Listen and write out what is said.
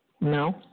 No